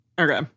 Okay